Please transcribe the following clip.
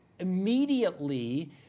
immediately